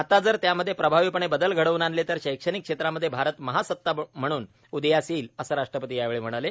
आता जर त्यामध्ये प्रभावीपणे बदल घडव्न आणले तर शैक्षणिक क्षेत्रामध्ये भारत महासत्ता म्हणून उदयास येईल असे राष्ट्रपती यावेळी म्हणाले